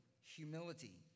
humility